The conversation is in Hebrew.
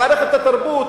במערכת התרבות,